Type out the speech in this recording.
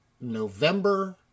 November